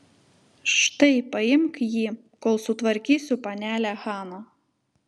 štai paimk jį kol sutvarkysiu panelę haną